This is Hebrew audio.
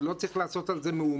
ולא צריך לעשות על זה מהומות,